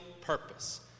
purpose